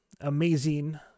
amazing